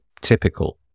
typical